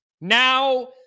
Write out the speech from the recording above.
now